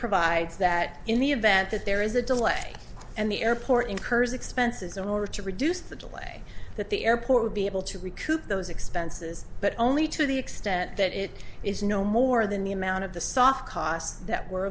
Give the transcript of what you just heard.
provides that in the event that there is a delay and the airport incurs expenses in order to reduce the delay that the airport would be able to recoup those expenses but only to the extent that it is no more than the amount of the soft costs that were